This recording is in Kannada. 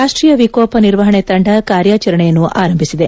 ರಾಷ್ಟೀಯ ವಿಕೋಪ ನಿರ್ವಹಣೆ ತಂಡ ಕಾರ್ಯಾಚರಣೆಯನ್ನು ಆರಂಭಿಸಿದೆ